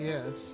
Yes